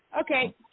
Okay